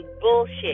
bullshit